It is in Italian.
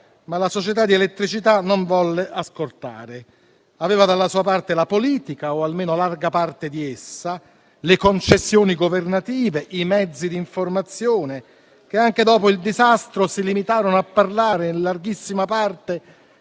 ma la società di elettricità non volle ascoltare. Aveva dalla sua parte la politica, o almeno larga parte di essa, le concessioni governative, i mezzi di informazione, che anche dopo il disastro si limitarono a parlare in larghissima parte